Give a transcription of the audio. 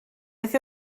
beth